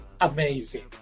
amazing